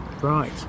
Right